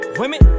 women